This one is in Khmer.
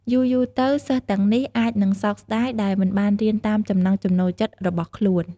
យូរៗទៅ សិស្សទាំងនេះអាចនឹងសោកស្ដាយដែលមិនបានរៀនតាមចំណង់ចំណូលចិត្តរបស់ខ្លួន។